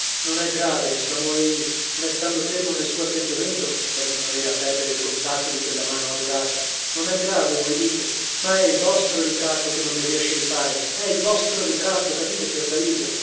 non è grave esclamò egli restando fermo nel suo atteggiamento per non avere a perdere il contatto di quella mano adorata non è grave voi dite ma è il vostro ritratto che non mi riesce di fare è il vostro ritratto capite fiordalisa